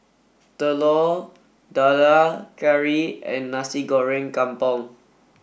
Telur Dadah Curry and Nasi Goreng Kampung